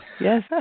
Yes